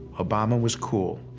obama was cool,